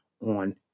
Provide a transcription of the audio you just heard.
on